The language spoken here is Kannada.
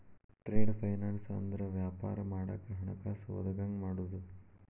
ಟ್ರೇಡ್ ಫೈನಾನ್ಸ್ ಅಂದ್ರ ವ್ಯಾಪಾರ ಮಾಡಾಕ ಹಣಕಾಸ ಒದಗಂಗ ಮಾಡುದು